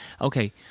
Okay